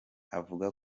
avuga